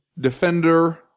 defender